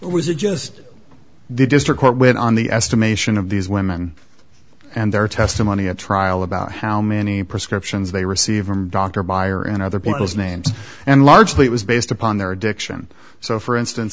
was a just the district court went on the estimation of these women and their testimony at trial about how many prescriptions they received from dr buyer and other people's names and largely it was based upon their addiction so for instance